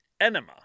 enema